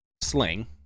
sling